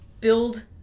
build